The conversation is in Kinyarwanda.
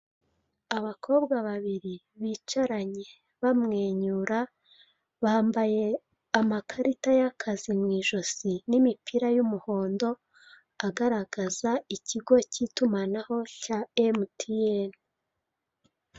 Abakobwa babiri bicaranye bamwenyura bambaye bambaye amakarika y'akazi mw'ijosi n'imipira y'umuhondo agaragaza ikigo cy'itumanaho cya MTN.